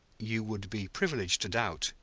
you would be privileged to doubt,